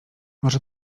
może